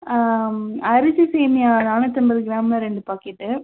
ம் அரிசி சேமியா நானூற்றைம்பது கிராமில் ரெண்டு பாக்கெட்டு